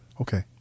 Okay